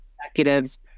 executives